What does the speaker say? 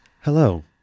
Hello